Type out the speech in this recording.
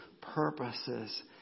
purposes